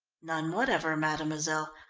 none whatever, mademoiselle.